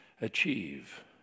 achieve